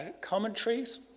commentaries